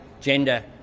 gender